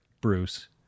Bruce